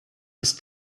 ist